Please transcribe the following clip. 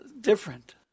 different